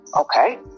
okay